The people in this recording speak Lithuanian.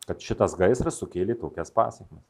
kad šitas gaisras sukėlė tokias pasekmes